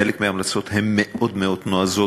חלק מההמלצות הן מאוד מאוד נועזות,